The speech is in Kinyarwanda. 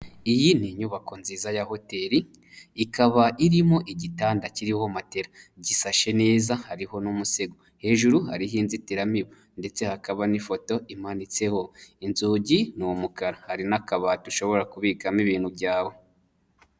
Iyi ni inyubako nziza ya hoteri ikaba irimo igitanda kiriho matera gisashe neza hariho n'umusego, hejuru hariho inzitiramibu ndetse hakaba n'ifoto imanitseho, inzugi ni umukara, hari n'akabati ushobora kubikamo ibintu byawe.